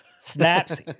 snaps